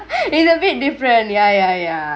they love it differently ya ya ya